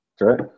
right